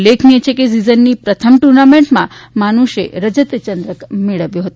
ઉલ્લેખનીય છે કે સિઝનની પ્રથમ ટુર્નામેન્ટમાં માનુષે રજત યંદ્રક મેળવ્યો હતો